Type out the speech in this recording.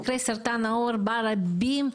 מקרי סרטן העור הם רבים,